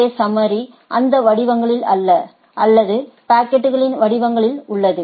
ஏ summary அந்த வடிவங்கள் அல்ல அல்லது பாக்கெட்டுகளின் வடிவங்கள் உள்ளது